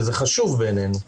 זה חשוב בעינינו.